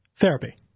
Therapy